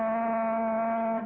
and